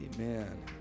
Amen